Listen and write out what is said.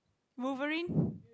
Wolverine